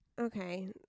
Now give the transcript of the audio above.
okay